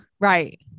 Right